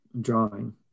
drawing